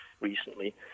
recently